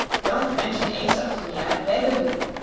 don't mention aesop to me, i beg of you!